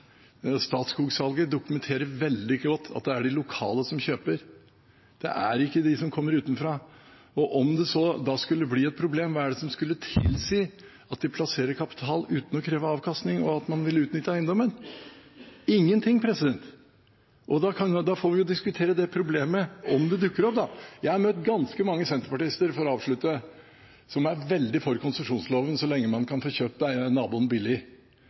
dag. Statskog-salget dokumenterer veldig godt at det er de lokale som kjøper, det er ikke de som kommer utenfra. Og om det så skulle bli et problem; hva er det som skulle tilsi at de plasserer kapital uten å kreve avkastning, og at man vil utnytte eiendommen? Ingenting! Og da får vi jo diskutere det problemet – om det dukker opp. For å avslutte: Jeg har møtt ganske mange senterpartister som er veldig for konsesjonsloven så lenge man kan få kjøpt billig av naboen,